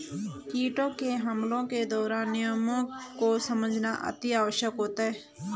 कीटों के हमलों के दौरान नियमों को समझना अति आवश्यक होता है